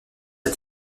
est